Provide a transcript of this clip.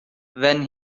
when